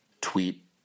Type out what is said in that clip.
Tweet